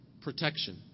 protection